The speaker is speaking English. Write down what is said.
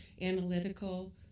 analytical